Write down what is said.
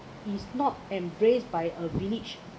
he's not embraced by a village